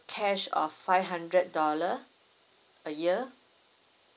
cash of five hundred dollar a year